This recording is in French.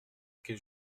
que